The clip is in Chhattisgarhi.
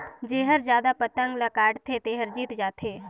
जेहर जादा पतंग ल काटथे तेहर जीत जाथे